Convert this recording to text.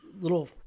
little